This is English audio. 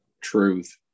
truth